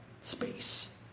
space